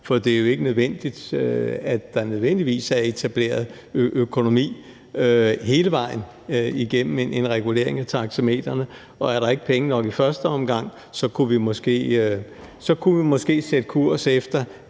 for det er jo ikke nødvendigt, at der nødvendigvis er etableret økonomi hele vejen igennem en regulering af taxametrene. Og er der ikke penge nok i første omgang, kunne vi måske sætte kursen efter,